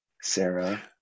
Sarah